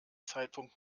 zeitpunkt